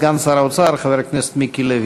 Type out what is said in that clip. הרווחה והבריאות נתקבלה.